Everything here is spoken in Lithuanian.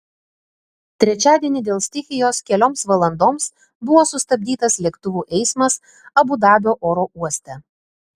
trečiadienį dėl stichijos kelioms valandoms buvo sustabdytas lėktuvų eismas abu dabio oro uoste